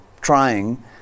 trying